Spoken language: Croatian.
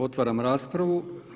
Otvaram raspravu.